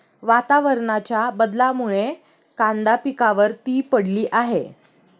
वातावरणाच्या बदलामुळे कांदा पिकावर ती पडली आहे